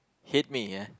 hit me yeah